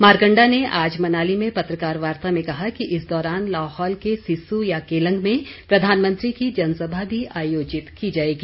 मारकंडा ने आज मनाली में पत्रकार वार्ता में कहा कि इस दौरान लाहौल के सिस्सू या केलंग में प्रधानमंत्री की जनसभा भी आयोजित की जाएगी